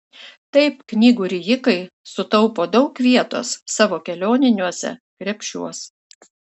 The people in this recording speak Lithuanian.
taip knygų rijikai sutaupo daug vietos savo kelioniniuose krepšiuos